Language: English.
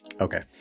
Okay